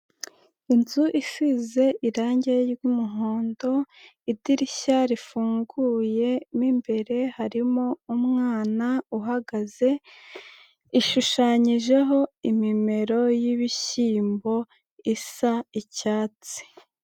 Inzu isize irange ry'umuhondo, idirishya rifunguye, mo imbere harimo umwana uhagaze, ishushanyijeho imimero y'ibishyimbo isa icyatsi.